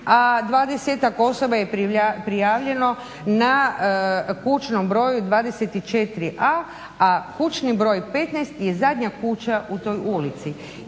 a 20-tak osoba je prijavljeno na kućnom broju 24a. a kućni broj 15 je zadnja kuća u toj ulici.